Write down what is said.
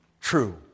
true